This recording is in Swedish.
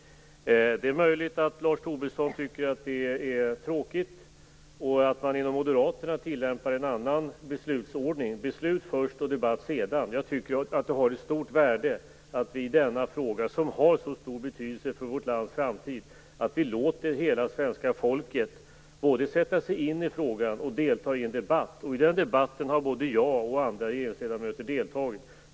Det är möjligt att Lars Tobisson tycker att det är tråkigt och att Moderaterna tillämpar en annan beslutsordning, nämligen beslut först och debatt sedan. Jag tycker att det har ett stort värde att vi i denna fråga, som har så stor betydelse för vårt lands framtid, låter hela svenska folket både sätta sig in i frågan och delta i en debatt. I den debatten har både jag och andra regeringsledamöter deltagit.